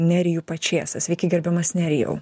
nerijų pačėsą sveiki gerbiamas nerijau